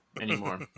anymore